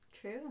True